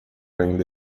ainda